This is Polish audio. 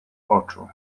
oczu